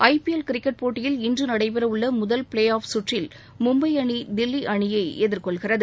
IPL cricket போட்டியில் இன்று நடைபெறவுள்ள முதல் பிளே ஆஃப் சுற்றில் மும்பை அணி தில்லி அணியை எதிர்கொள்கிறது